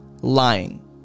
Lying